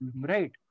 right